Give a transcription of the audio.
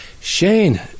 Shane